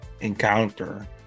encounter